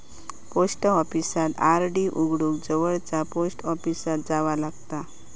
post ऑफिसात RD उघडूक जवळचा पोस्ट ऑफिसात जावा लागता